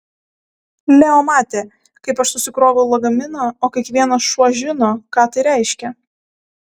leo matė kaip aš susikroviau lagaminą o kiekvienas šuo žino ką tai reiškia